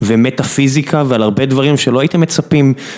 ומטאפיזיקה ועל הרבה דברים שלא הייתם מצפים.